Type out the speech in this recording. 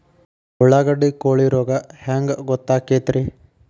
ಉಳ್ಳಾಗಡ್ಡಿ ಕೋಳಿ ರೋಗ ಹ್ಯಾಂಗ್ ಗೊತ್ತಕ್ಕೆತ್ರೇ?